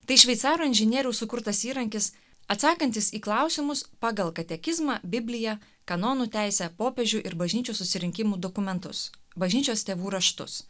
tai šveicarų inžinieriaus sukurtas įrankis atsakantis į klausimus pagal katekizmą bibliją kanonų teisę popiežių ir bažnyčios susirinkimų dokumentus bažnyčios tėvų raštus